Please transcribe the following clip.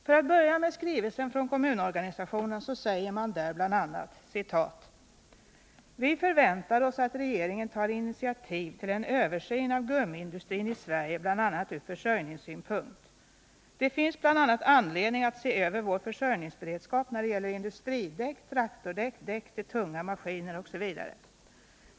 För att börja med skrivelsen från kommunorganisationen, så säger man där bl.a.: Vi förväntar oss att regeringen tar initiativ till en översyn av gummiindustrin i Sverige bl.a. ur försörjningssynpunkt. Det finns bl.a. anledning att se över vår försörjningsberedskap när det gäller industridäck, traktordäck, däck till tunga maskiner osv.